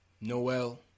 Noel